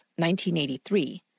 1983